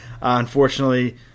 unfortunately